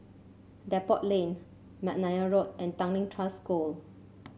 Depot Lane McNair Road and Tanglin Trust School